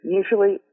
usually